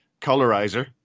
colorizer